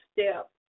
step